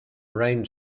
reign